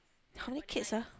how many kids ah